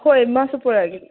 ꯍꯣꯏ ꯃꯥꯁꯨ ꯄꯣꯔꯛꯑꯒꯦ